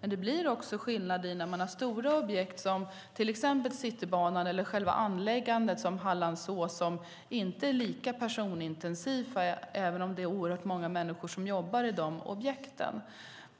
Men det blir skillnader när man har stora anläggningsarbeten som Citybanan eller Hallandsås, som inte är lika personintensiva även om det är oerhört många som jobbar i de objekten.